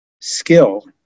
skill